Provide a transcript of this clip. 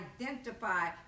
identify